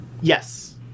yes